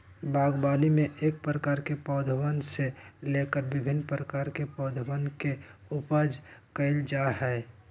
बागवानी में एक प्रकार के पौधवन से लेकर भिन्न प्रकार के पौधवन के उपज कइल जा हई